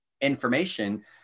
information